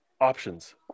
options